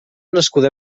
nascuda